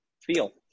feel